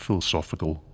philosophical